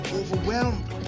overwhelmed